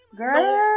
girl